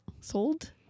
Sold